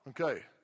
okay